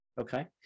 Okay